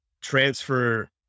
transfer